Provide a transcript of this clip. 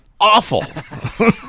awful